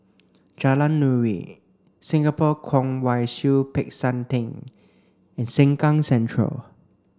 Jalan Nuri Singapore Kwong Wai Siew Peck San Theng and Sengkang Central